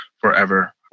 forever